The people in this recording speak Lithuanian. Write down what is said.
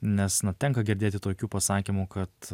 nes na tenka girdėti tokių pasakymų kad